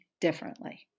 differently